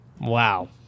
Wow